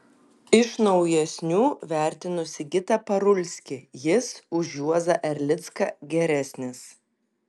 iš naujesnių vertinu sigitą parulskį jis už juozą erlicką geresnis